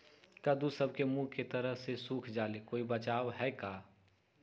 कददु सब के मुँह के तरह से सुख जाले कोई बचाव है का?